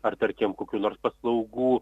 ar tarkim kokių nors paslaugų